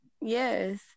yes